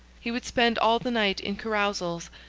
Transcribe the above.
he would spend all the night in carousals,